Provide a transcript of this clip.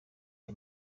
aya